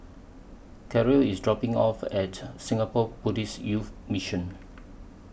Karel IS dropping off At Singapore Buddhist Youth Mission